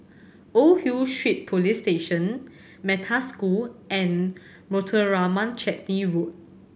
Old Hill Street Police Station Metta School and Muthuraman Chetty Road